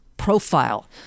Profile